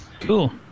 Cool